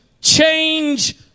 change